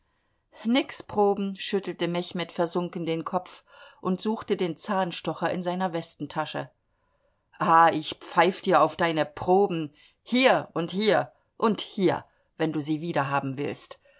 nix proben schüttelte mechmed versunken den kopf und suchte den zahnstocher in seiner westentasche ah ich pfeif dir auf deine proben hier und hier und hier wenn du sie wieder haben willst